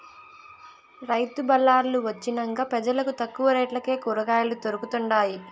రైతు బళార్లు వొచ్చినంక పెజలకు తక్కువ రేట్లకే కూరకాయలు దొరకతండాయి